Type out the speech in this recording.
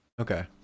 Okay